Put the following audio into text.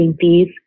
fees